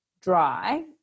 dry